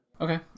Okay